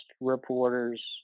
reporters